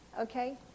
okay